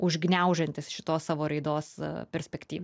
užgniaužiantis šitos savo raidos perspektyvą